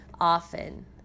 often